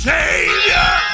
Savior